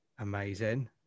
Amazing